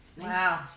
Wow